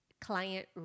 client